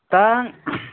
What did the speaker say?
ꯇꯥꯡ